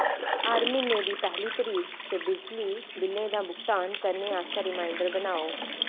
हर म्हीने दी पैह्ली तरीक च बिजली बिल्लें दा भुगतान करने आस्तै रिमाइंडर बनाओ